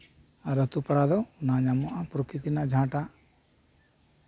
ᱟᱨ ᱟᱹᱛᱩ ᱯᱟᱲᱟ ᱨᱮᱫᱚ ᱵᱟᱝ ᱧᱟᱢᱚᱜᱼᱟ ᱡᱟᱸᱦᱟᱴᱟᱜ